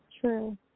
True